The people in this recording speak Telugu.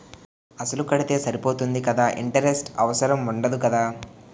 అసలు కడితే సరిపోతుంది కదా ఇంటరెస్ట్ అవసరం ఉండదు కదా?